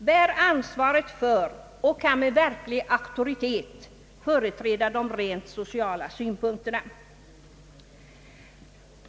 bär ansvaret för och med verklig auktoritet kan företräda de rent sociala synpunkterna.